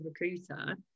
recruiter